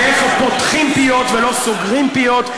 ואיפה פותחים פיות ולא סוגרים פיות.